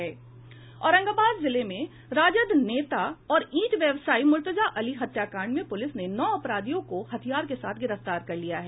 औरंगाबाद जिले में राजद नेता और ईंट व्यवसायी मुर्तुजा अली हत्याकांड में पूलिस ने नौ अपराधियों को हथियार के साथ गिरफ्तार कर लिया है